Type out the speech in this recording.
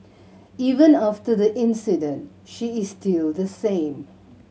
even after the incident she is still the same